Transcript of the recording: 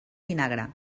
vinagre